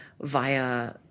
via